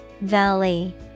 Valley